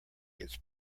gets